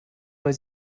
weil